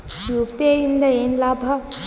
UPI ಇಂದ ಏನ್ ಲಾಭ?